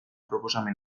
proposamen